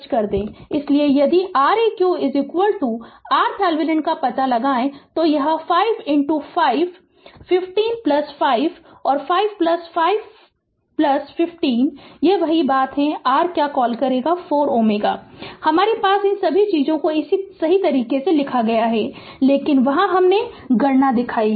इसलिए यदि Req R Thevenin का पता लगाएं तो यह5 5 15 5 और 5 5 15 यह वही बात है r क्या कॉल 4 Ω ठीक है हमारे पास इन सभी चीजों को इस तरह सही लिखा है लेकिन वहां हमने गणना दिखाई है